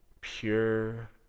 pure